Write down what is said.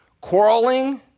Quarreling